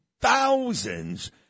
thousands